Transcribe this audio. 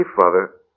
Father